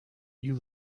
you